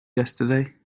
yesterday